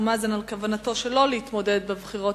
מאזן על כוונתנו שלא להתמודד בבחירות